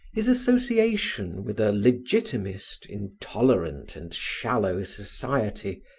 his association with a legitimist, intolerant and shallow society,